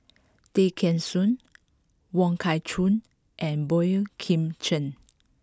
Tay Kheng Soon Wong Kah Chun and Boey Kim Cheng